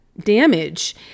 damage